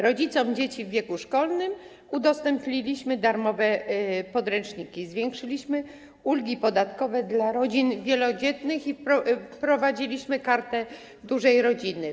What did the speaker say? Rodzicom dzieci w wieku szkolnym udostępniliśmy darmowe podręczniki, zwiększyliśmy ulgi podatkowe dla rodzin wielodzietnych i wprowadziliśmy Kartę Dużej Rodziny.